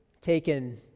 taken